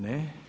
Ne.